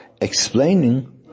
explaining